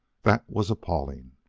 that was appalling.